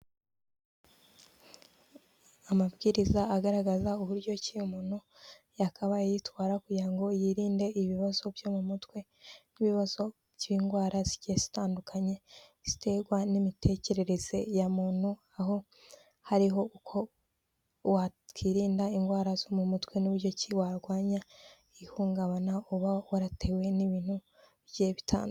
Amabwiriza agaragaza uburyo iyo umuntu yakabaye yitwara kugira ngo yirinde ibibazo byo mu mutwe n'ibibazo by'indwara zigiye zitandukanye ziterwa n'imitekerereze ya muntu, aho hariho uko wakwirinda indwara zo mu mutwe n'uburyo ki warwanya ihungabana, uba waratewe n'ibintu bigiye bitandukanye.